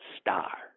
star